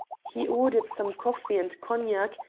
he ordered some coffee and cognac,